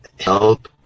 help